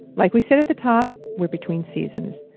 like we said at the top, we're between seasons.